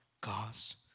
God's